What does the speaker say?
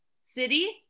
City